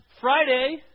Friday